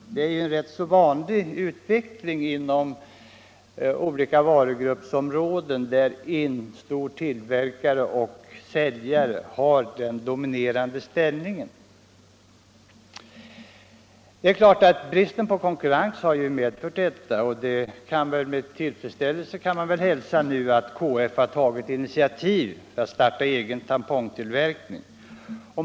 Detta är ju en rätt vanlig utveckling inom olika varugruppsområden där en stor tillverkare och säljare har den dominerande ställningen. Bristen på konkurrens har alltså lett till denna utveckling, och det kan hälsas med tillfredsställelse att KF nu har tagit initiativ till att starta även tampongtillverkning.